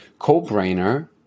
Cobrainer